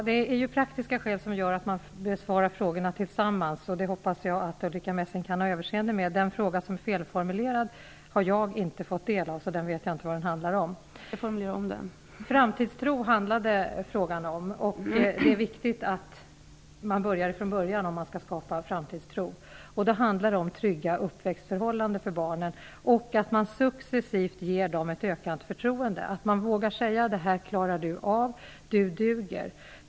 Herr talman! Det är praktiska skäl som gör att man besvarar frågorna tillsammans. Det hoppas jag att Ulrica Messing kan ha överseende med. Den fråga som är felformulerad har jag inte fått del av så jag vet inte vad den handlar om. Framtidstro handlade frågan om. Det är viktigt att man börjar från början om man skall skapa framtidstro. Då handlar det om trygga uppväxtförhållanden för barnen, och att man succesivt ger dem ett ökat förtroende. Man måste våga säga: ''Det här klarar du av, du duger''.